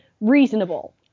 reasonable